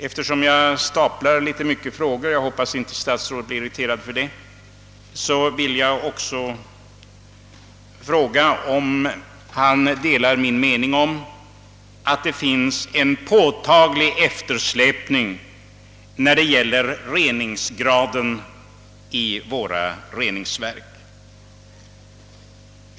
Eftersom jag staplar ganska många frågor — jag hoppas att inte statsrådet blir irriterad för det — vill jag också fråga, om statsrådet delar min mening att det finns en påtaglig eftersläpning när det gäller reningsgraden vid våra reningsverk.